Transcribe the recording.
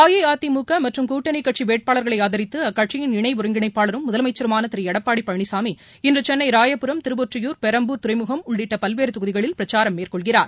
அஇஅதிமுகமற்றும்கூட்டணிகட்சிவேட்பாளர்களைஆதரித்துஅக்கட்சியின் இணைஒருங்கிணைப்பாளரும் முதலமைச்சருமானதிருளடப்பாடிபழனிசாமி இன்றுசென்னைராயபுரம் திருவொற்றியூர் பெரம்பூர் துறைமுகம் உள்ளிட்டபலதொகுதிகளில் இன்றுபிரச்சாரம் மேற்கொள்கிறார்